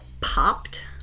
popped